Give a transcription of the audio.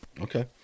Okay